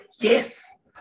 yes